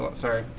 but sorry.